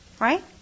right